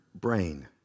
brain